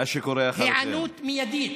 היענות מיידית,